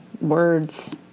words